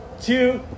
Two